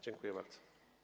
Dziękuję bardzo.